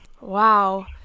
Wow